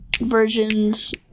versions